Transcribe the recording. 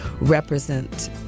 represent